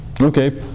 Okay